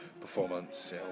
performance